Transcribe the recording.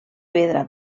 pedra